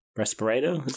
respirator